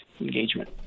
engagement